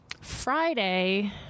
Friday